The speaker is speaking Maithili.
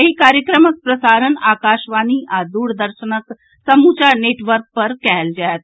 एहि कार्यक्रमक प्रसारण आकाशवाणी आ दूरदर्शनक समूचा नेटवर्क पर कयल जायत